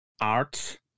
art